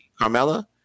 Carmella